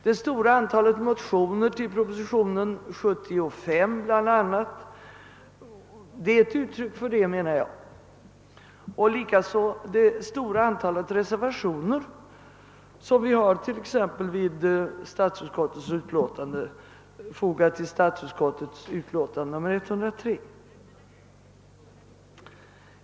Det stora antalet motioner i anslutning till propositionen 75 är ett uttryck för detta och likaså det stora antalet reservationer som vi har fogat exempelvis lill statsutskottets utlåtande nr 103.